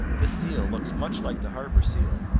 this seal looks much like the harbor seal,